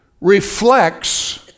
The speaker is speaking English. reflects